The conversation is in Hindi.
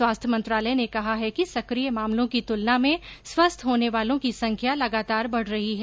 स्वास्थ्य मंत्रालय ने कहा है कि सक्रिय मामलों की तुलना में स्वस्थ होने वालों की संख्या लगातार बढ रही है